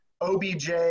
OBJ